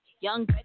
young